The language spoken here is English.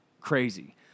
crazy